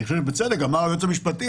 אני חושב שבצדק אמר היועץ המשפטי,